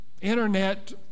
internet